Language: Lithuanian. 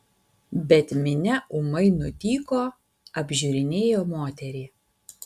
bet minia ūmai nutyko apžiūrinėjo moterį